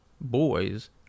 boys